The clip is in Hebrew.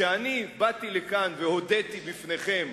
כשאני באתי לכאן, והודיתי בפניכם